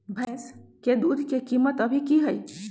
भैंस के दूध के कीमत अभी की हई?